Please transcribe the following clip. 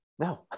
No